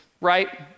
right